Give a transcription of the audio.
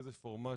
ואיזה פורמט